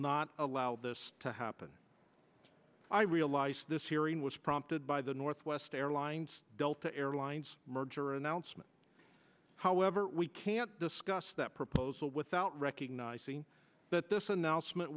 not allow this to happen i realize this hearing was prompted by the northwest airlines delta airlines merger announcement however we can't discuss that proposal without recognizing that this announcement